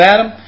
Adam